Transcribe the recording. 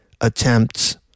attempts